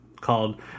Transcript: called